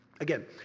Again